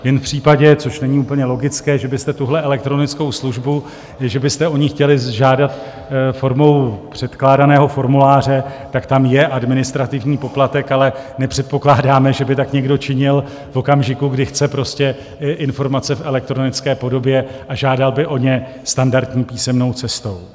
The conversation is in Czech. Jen v případě, což není úplně logické, že byste tuhle elektronickou službu, že byste o ni chtěli žádat formou předkládaného formuláře, tak tam je administrativní poplatek, ale nepředpokládáme, že by tak někdo činil v okamžiku, kdy chce informace v elektronické podobě, a žádal by o ně standardní písemnou cestou.